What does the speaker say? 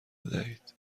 بدهید